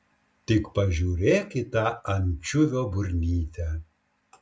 tik pažiūrėk į tą ančiuvio burnytę